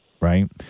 Right